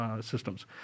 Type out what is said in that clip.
systems